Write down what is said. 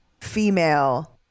Female